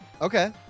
Okay